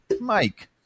Mike